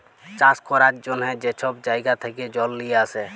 চাষ ক্যরার জ্যনহে যে ছব জাইগা থ্যাকে জল লিঁয়ে আসে